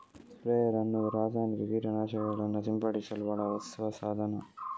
sprayer ಅನ್ನುದು ರಾಸಾಯನಿಕ ಕೀಟ ನಾಶಕಗಳನ್ನ ಸಿಂಪಡಿಸಲು ಬಳಸುವ ಸಾಧನ